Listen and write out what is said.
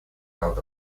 out